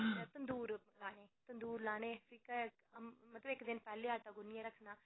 तंदूर लाने तंदूर लाने ते इक दिन पैह्लें आटा गुन्नियै रक्खना